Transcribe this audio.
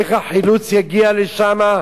איך החילוץ יגיע לשם?